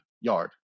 yard